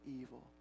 evil